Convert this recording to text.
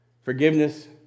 forgiveness